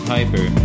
Piper